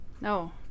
No